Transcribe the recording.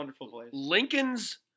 Lincoln's